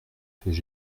faits